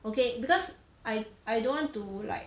okay because I I don't want to like